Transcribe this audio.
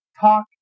talk